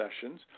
sessions